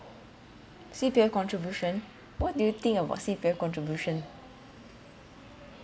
C_P_F contribution what do you think about C_P_F contribution